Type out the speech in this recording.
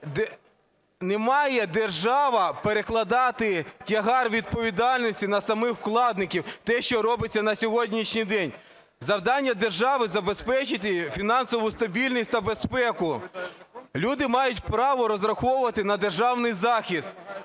Не має держава перекладати тягар відповідальності на самих вкладників, те, що робиться на сьогоднішній день. Завдання держави – забезпечити фінансову стабільність та безпеку, люди мають право розраховувати на державний захист.